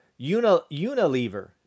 Unilever